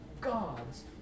God's